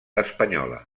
espanyola